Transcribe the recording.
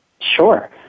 Sure